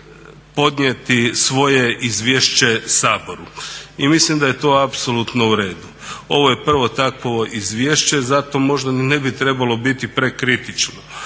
svoje izvješće Saboru i mislim da je to apsolutno u redu. Ovo je prvo takvo izvješće, zato možda ne bi trebalo biti prekritičan.